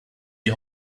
die